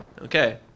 Okay